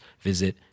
visit